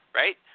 right